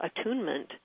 attunement